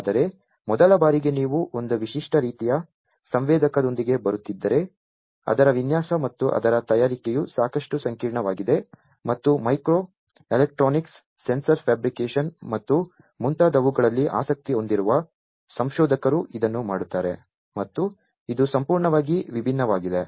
ಆದರೆ ಮೊದಲ ಬಾರಿಗೆ ನೀವು ಒಂದು ವಿಶಿಷ್ಟ ರೀತಿಯ ಸಂವೇದಕದೊಂದಿಗೆ ಬರುತ್ತಿದ್ದರೆ ಅದರ ವಿನ್ಯಾಸ ಮತ್ತು ಅದರ ತಯಾರಿಕೆಯು ಸಾಕಷ್ಟು ಸಂಕೀರ್ಣವಾಗಿದೆ ಮತ್ತು ಮೈಕ್ರೋ ಎಲೆಕ್ಟ್ರಾನಿಕ್ಸ್ ಸೆನ್ಸಾರ್ ಫ್ಯಾಬ್ರಿಕೇಶನ್ ಮತ್ತು ಮುಂತಾದವುಗಳಲ್ಲಿ ಆಸಕ್ತಿ ಹೊಂದಿರುವ ಸಂಶೋಧಕರು ಇದನ್ನು ಮಾಡುತ್ತಾರೆ ಮತ್ತು ಇದು ಸಂಪೂರ್ಣವಾಗಿ ವಿಭಿನ್ನವಾಗಿದೆ